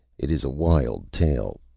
it is a wild tale.